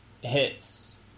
hits